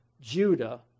Judah